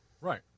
right